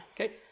okay